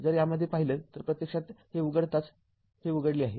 जर यामध्ये पाहिले तर प्रत्यक्षात हे उघडताच हे उघडले आहे